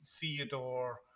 Theodore